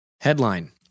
Headline